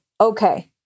okay